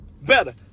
better